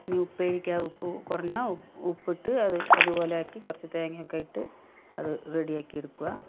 ഇനി ഉപ്പേരിക്കാ ഉപ്പ് കുറഞ്ഞാൽ ഉപ്പിട്ട് അത് അതുപോലെയാക്കി കുറച്ച് തേങ്ങ ഒക്കെ ഇട്ട് അത് റെഡിയാക്കി എടുക്കുക